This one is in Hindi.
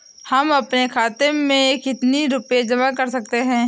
हम अपने खाते में कितनी रूपए जमा कर सकते हैं?